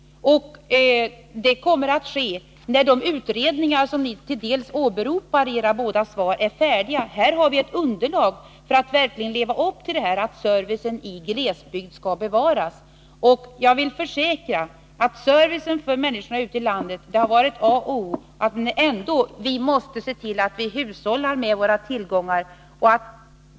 Det kommer att ske när de utredningar som frågeställarna åberopar i sina svar är färdiga. Då har vi underlag för att kunna leva upp till att servicen i glesbygd skall bevaras. Jag vill försäkra att service för människorna ute i landet har varit A och O för oss. Men vi måste se till att hushålla med våra tillgångar.